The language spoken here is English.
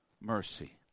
mercy